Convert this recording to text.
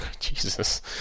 Jesus